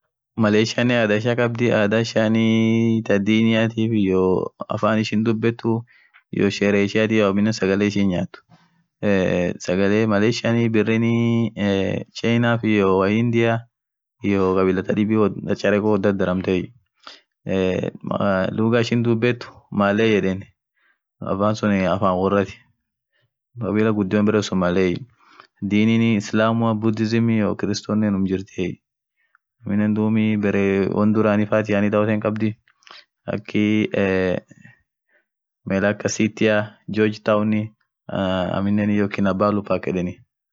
Malecianen adhaa ishia khabdhii adhaa ishianiii thaa diniathif iyoo afan ishin dhubethu iyoo Sheree ishiathi iyo aminen sagale ishin nyathu eee sagale malecian biriinii iii chinaf iyo wahindia iyoo kabila thadhib woth charekho woth dhadharamthei eee lugha ishin dhubethu malei yedheni affan suun afan worathi famili ghudio berre suun malei dinin islamua budisium iyo kristonen unum jirtiyee aminen dhub berre won dhurani faathi yaani dhawothen khabdhii akhii eee melacaa city Jorge town iyo aminen kina balo park